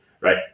right